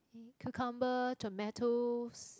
cucumber tomatoes